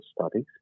studies